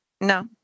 no